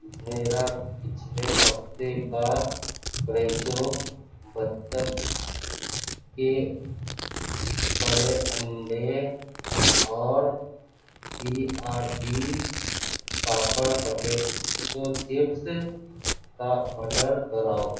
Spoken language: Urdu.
میرا پچھلے ہفتے کا فریشو بطخ کے بڑے انڈے اور B R B papad potato chips کا آرڈر دوہراؤ